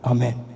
Amen